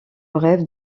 rêve